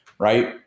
right